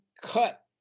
cut